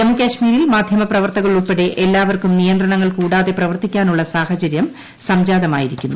ജമ്മു കശ്മീരിൽ മാധ്യമപ്രവർത്തകർ ഉൾപ്പെടെ എല്ലാവർക്കും നിയന്ത്രണങ്ങൾ കൂടാതെ പ്രവർത്തിക്കാനുള്ള സാഹചര്യം സംജാതമായിരിക്കുന്നു